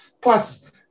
plus